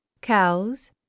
Cows